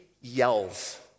yells